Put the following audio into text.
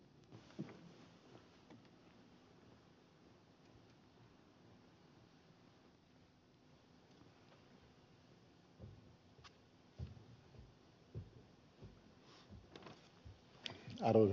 arvoisa puhemies